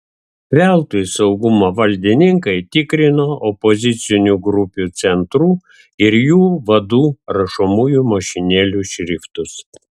veltui saugumo valdininkai tikrino opozicinių grupių centrų ir jų vadų rašomųjų mašinėlių šriftus